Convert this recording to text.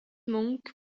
monk